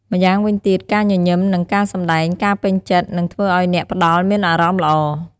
ម្យ៉ាងវិញទៀត ការញញឹម និងសម្ដែងការពេញចិត្ត នឹងធ្វើឲ្យអ្នកផ្ដល់មានអារម្មណ៍ល្អ។